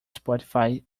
spotify